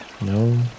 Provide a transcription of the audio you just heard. No